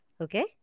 Okay